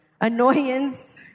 annoyance